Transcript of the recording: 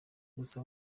gusa